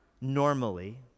normally